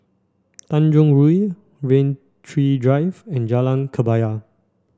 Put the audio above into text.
Tanjong Rhu Rain Tree Drive and Jalan Kebaya